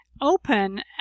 open